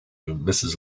mrs